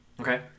Okay